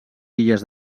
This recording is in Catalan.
illes